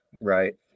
right